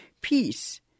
peace